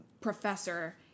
professor